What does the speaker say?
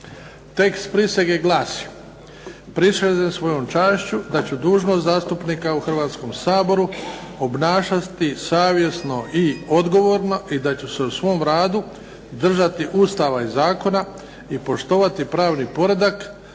Tekst prisege glasi: "Prisežem svojom čašću da ću dužnost zastupnika u Hrvatskom saboru obnašati savjesno i odgovorno i da ću se u svom radu držati Ustava i zakona i poštovati pravni poredak,